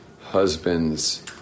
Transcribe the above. husband's